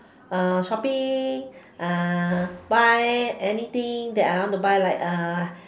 uh shopping uh buy anything that I want to buy like ah